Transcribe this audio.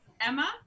emma